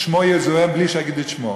שמו יזוהה בלי שאגיד את שמו,